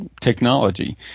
technology